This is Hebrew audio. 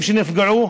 שנפגעו.